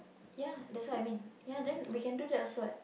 yea that's what I mean yea then we can do that also [what]